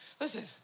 listen